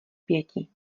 pěti